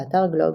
באתר גלובס,